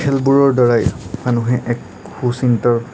খেলবোৰৰ দ্বাৰাই মানুহে এক সু চিন্তাৰ